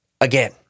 again